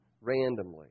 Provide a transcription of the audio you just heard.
randomly